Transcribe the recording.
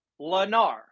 lennar